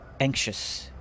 anxious